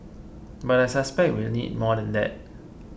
but I suspect we will need more than that